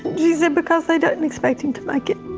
she said because they didn't expect him to make it.